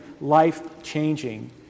life-changing